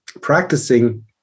practicing